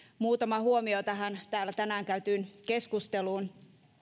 muutama huomio tähän täällä tänään käytyyn keskusteluun